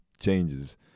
changes